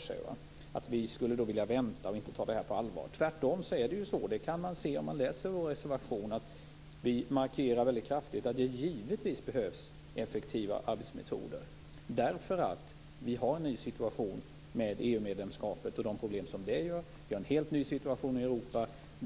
säga att vi skulle vilja vänta och att vi inte tar frågan på allvar är att göra det väldigt lätt för sig. Man kan om man läser vår reservation se att vi tvärtom kraftigt markerar att det behövs effektiva arbetsmetoder. EU-medlemskapet och de problem som följer därav innebär en helt nya situation. Det är en helt ny situation i Europa.